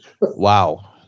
Wow